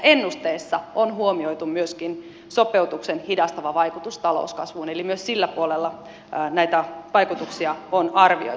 ennusteessa on huomioitu myöskin sopeutuksen hidastava vaikutus talouskasvuun eli myös sillä puolella näitä vaikutuksia on arvioitu